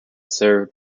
served